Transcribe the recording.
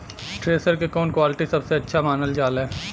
Thresher के कवन quality सबसे अच्छा मानल जाले?